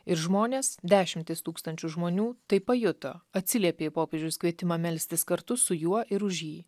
ir žmonės dešimtys tūkstančių žmonių tai pajuto atsiliepė į popiežiaus kvietimą melstis kartu su juo ir už jį